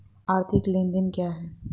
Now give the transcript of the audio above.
आर्थिक लेनदेन क्या है?